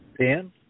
Dan